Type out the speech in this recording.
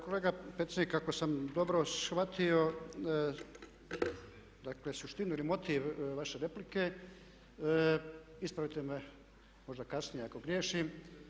Kolega Pecnik, ako sam dobro shvatio, dakle suštinu ili motiv vaše replike ispravite me možda kasnije ako griješim.